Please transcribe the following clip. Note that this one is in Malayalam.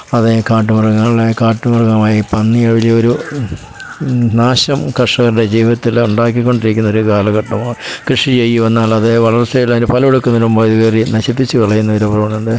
അതീ കാട്ടുമൃഗങ്ങളെ കാട്ടുമൃഗമായെ പന്നി വലിയൊരു നാശം കർഷകരുടെ ജീവിതത്തിൽ ഉണ്ടാക്കി കൊണ്ടിരിക്കുന്ന ഒരു കാലഘട്ടമാണ് കൃഷി ചെയ്യും എന്നാലത് വളർച്ചയിൽ അതിൻ്റെ ബലം എടുക്കുന്നതിനു മുൻപ് ഇതു കയറി നശിപ്പിച്ചു കളയുന്ന ഒരു പ്രവണത